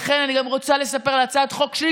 לכן אני גם רוצה לספר על הצעת חוק שלי,